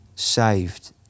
Saved